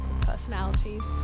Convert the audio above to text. personalities